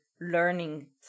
learning